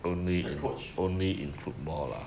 the coach